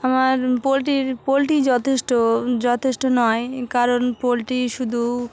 আমার পোলটির পোলট্রি যথেষ্ট যথেষ্ট নয় কারণ পোলট্রি শুধু